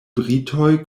britoj